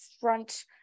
front